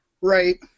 Right